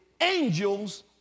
angels